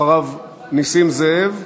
אחריו, נסים זאב,